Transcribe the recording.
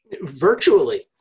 Virtually